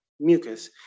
mucus